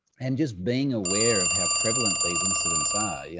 and just being aware of how prevalent these incidents ah yeah